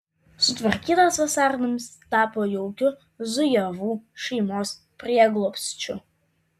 sutvarkytas vasarnamis tapo jaukiu zujevų šeimos prieglobsčiu